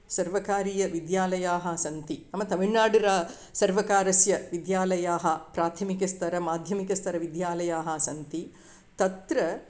सर्वकारीयाः विद्यालयाः सन्ति नाम तमिल्नाडुसर्वकारस्य विद्यालयाः प्राथमिकस्तर माध्यमिकस्तर विद्यालयाः सन्ति तत्र